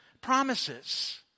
promises